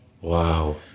Wow